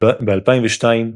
ב-2002,